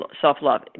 self-love